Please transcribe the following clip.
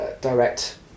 direct